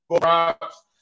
props